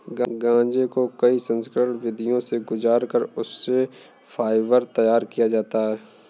गांजे को कई संस्करण विधियों से गुजार कर उससे फाइबर तैयार किया जाता है